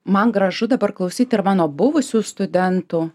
man gražu dabar klausyt ir mano buvusių studentų